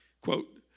quote